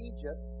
Egypt